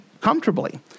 comfortably